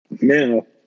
Now